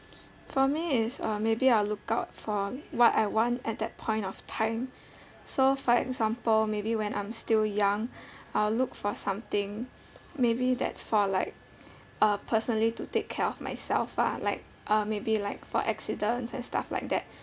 for me is uh maybe I'll look out for what I want at that point of time so for example maybe when I'm still young I'll look for something maybe that's for like uh personally to take care of myself ah like uh maybe like for accidents and stuff like that